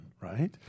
right